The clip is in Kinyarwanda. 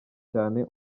cyane